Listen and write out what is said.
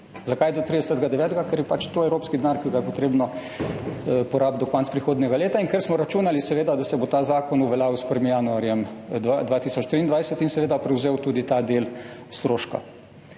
Zakaj do 30. 9.? Ker je pač to evropski denar, ki ga je potrebno porabiti do konca prihodnjega leta, in ker smo računali, seveda, da se bo ta zakon uveljavil z januarjem 2023 in prevzel tudi ta del stroška.